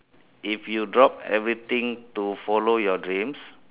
if you drop everything to follow your dreams